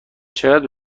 چقدر